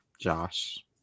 Josh